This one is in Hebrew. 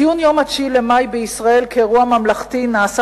ציון יום ה-9 במאי בישראל כאירוע ממלכתי נעשה